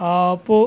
ఆపు